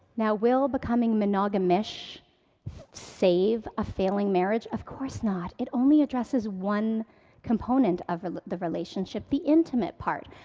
now, will becoming monogamish save a failing marriage? of course not. it only addresses one component of the relationship, the intimate part.